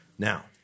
Now